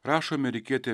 rašo amerikietė